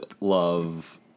love